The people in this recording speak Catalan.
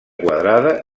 quadrada